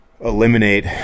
Eliminate